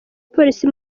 polisi